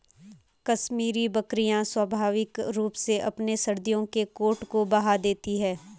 कश्मीरी बकरियां स्वाभाविक रूप से अपने सर्दियों के कोट को बहा देती है